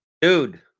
dude